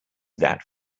that